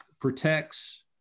protects